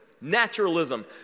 naturalism